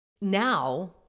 Now